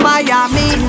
Miami